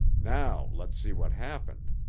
now let's see what happened.